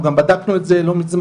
אנחנו גם בדקנו את זה לא מזמן,